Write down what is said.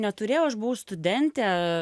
neturėjau aš buvau studentė